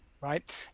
Right